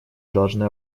должны